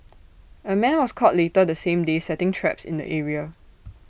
A man was caught later the same day setting traps in the area